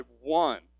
one